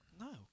no